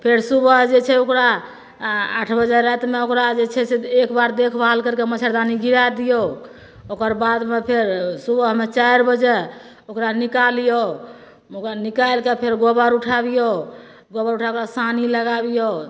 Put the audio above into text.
फेर सुबह जे छै ओकरा आठ बजे रातिमे ओकरा जे छै से एक बार देख भाल करके मच्छरदानी गिरा दियौ ओकर बादमे फेर सुबहमे चारि बजे ओकरा निकालियौ ओकरा निकालि कए फेर गोबर उठाबियौ गोबर उठा कए ओकरा सानी लगाबियौ